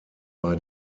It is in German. bei